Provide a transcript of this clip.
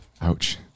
Ouch